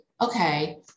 okay